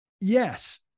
yes